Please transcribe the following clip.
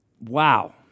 Wow